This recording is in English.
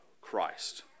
Christ